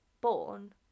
born